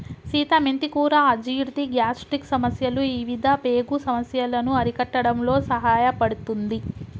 సీత మెంతి కూర అజీర్తి, గ్యాస్ట్రిక్ సమస్యలు ఇవిధ పేగు సమస్యలను అరికట్టడంలో సహాయపడుతుంది